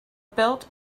built